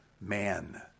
man